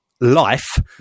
life